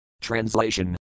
Translation